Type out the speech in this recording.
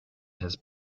his